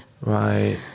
Right